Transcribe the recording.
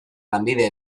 lanbide